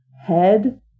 head